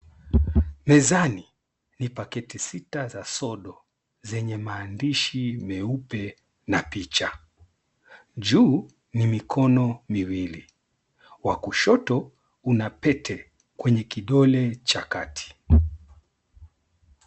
Mezani ni paketi sita za sodu zenye maandishi meupe na picha. Juu ni mikono miwili, wa kushoto una pete kwenye kidole cha kati.